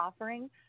offering